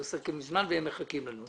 הכול כתוב בנייר עמדה.